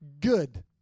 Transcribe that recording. good